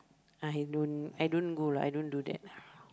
I don't I don't go lah I don't do that lah